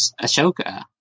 ashoka